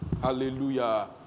Hallelujah